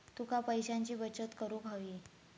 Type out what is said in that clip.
तुका पैशाची बचत करूक हवी